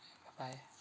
bye bye